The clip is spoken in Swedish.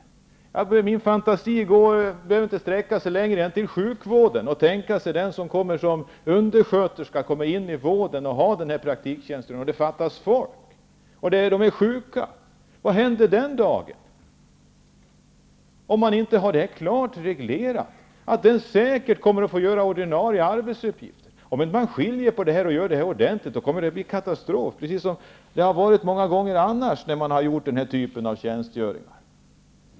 Man behöver bara gå till sjukvården och se på den som kommer in som undersköterska och får en praktiktjänstgöring. Vad händer den dagen det fattas folk, om man inte har det klart reglerat? Den personen kommer säkert att få göra ordinarie arbetsuppgifter. Om man inte skiljer på praktik och ordinarie arbetsuppgifter kommer det att bli katastrof, precis som det har blivit många gånger tidigare med denna typ av tjänstgöring.